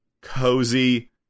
cozy